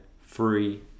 free